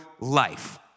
life